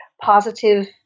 positive